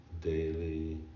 daily